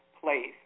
place